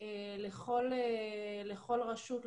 לכל רשות,